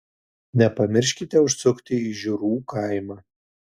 nepamirškite užsukti į žiurų kaimą